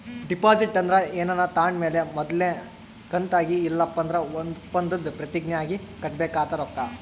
deposit ಅಂದ್ರ ಏನಾನ ತಾಂಡ್ ಮೇಲೆ ಮೊದಲ್ನೇ ಕಂತಾಗಿ ಇಲ್ಲಂದ್ರ ಒಪ್ಪಂದುದ್ ಪ್ರತಿಜ್ಞೆ ಆಗಿ ಕಟ್ಟಬೇಕಾದ ರೊಕ್ಕ